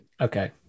Okay